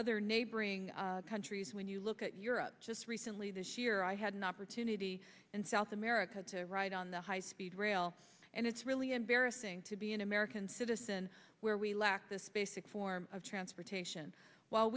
other neighboring countries when you look at europe just recently this year i had an opportunity and south america to ride on the high speed rail and it's really embarrassing to be an american citizen where we lacked this basic form of transportation while